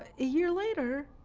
a year later,